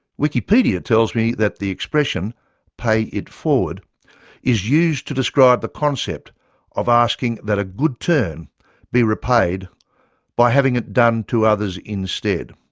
wikipedia tells me that the expression pay it forward is used to describe concept of asking that a good turn be repaid by having it done to others instead.